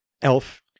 elf